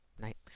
night